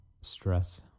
stress